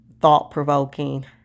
thought-provoking